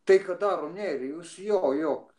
tai ką daro nerijus jo jo